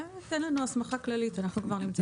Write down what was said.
תן לנו הסמכה כללית, אנחנו כבר נמצא את הנוסח.